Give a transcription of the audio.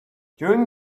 during